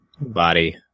body